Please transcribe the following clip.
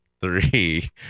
three